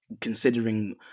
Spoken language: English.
considering